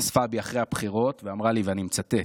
נזפה בי אחרי הבחירות ואמרה לי, ואני מצטט: